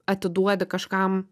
atiduodi kažkam